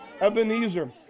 Ebenezer